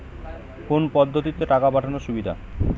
কোন পদ্ধতিতে টাকা পাঠানো সুবিধা?